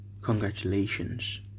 Congratulations